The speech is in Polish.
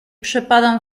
przepadam